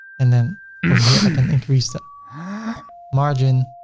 and then over here, i can increase the margin.